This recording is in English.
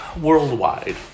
worldwide